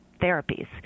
therapies